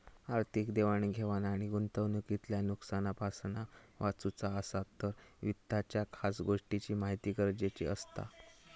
आर्थिक देवाण घेवाण आणि गुंतवणूकीतल्या नुकसानापासना वाचुचा असात तर वित्ताच्या खास गोष्टींची महिती गरजेची असता